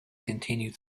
continued